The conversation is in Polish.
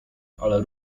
ale